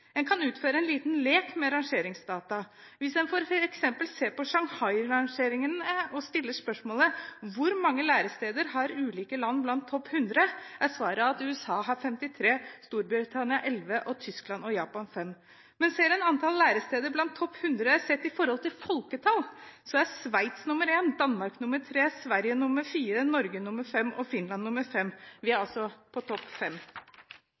En kan utføre en liten lek med rangeringsdata. Hvis en f.eks. ser på Shanghai-rangeringen og stiller spørsmålet: Hvor mange læresteder har de ulike land blant topp 100, er svaret at USA har 53, Storbritannia har 11, og Tyskland og Japan har 5. Ser en antall læresteder blant topp 100 sett i forhold til folketall, er Sveits nr. 1, Danmark nr. 3, Sverige nr. 4, Norge nr. 5 og Finland nr. 5. – vi er altså på topp